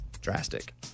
drastic